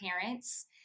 parents